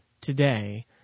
today